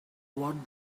what